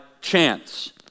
chance